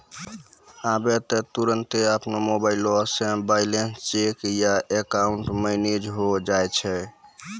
आबै त तुरन्ते अपनो मोबाइलो से बैलेंस चेक या अकाउंट मैनेज होय जाय छै